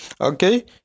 Okay